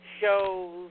shows